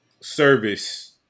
service